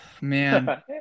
man